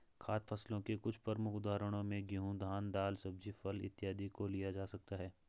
खाद्य फसलों के कुछ प्रमुख उदाहरणों में गेहूं, धान, दाल, सब्जी, फल इत्यादि को लिया जा सकता है